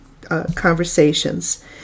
conversations